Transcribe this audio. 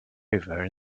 over